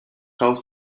half